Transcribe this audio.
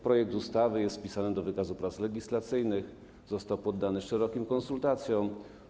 Projekt ustawy jest wpisany do wykazu prac legislacyjnych, został poddany szerokim konsultacjom.